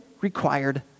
required